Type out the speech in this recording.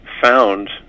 found